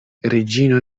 reĝino